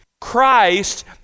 Christ